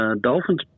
Dolphins